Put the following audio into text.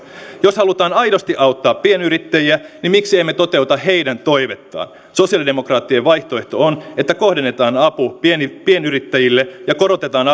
jos halutaan aidosti auttaa pienyrittäjiä niin miksi emme toteuta heidän toivettaan sosialidemokraattien vaihtoehto on että kohdennetaan apu pienyrittäjille ja korotetaan